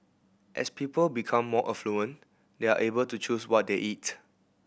as people become more affluent they are able to choose what they eat